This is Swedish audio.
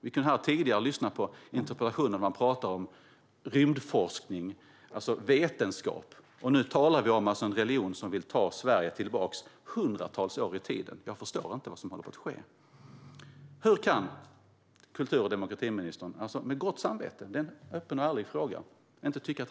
Vi kunde här tidigare lyssna på en interpellationsdebatt där man talade om rymdforskning, alltså vetenskap. Och nu talar vi om en religion som vill ta Sverige hundratals år tillbaka i tiden. Jag förstår inte vad som håller på att ske. Hur kan kultur och demokratiministern med gott samvete låta bli att tycka att det här är ett problem?